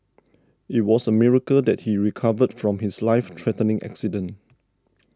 it was a miracle that he recovered from his life threatening accident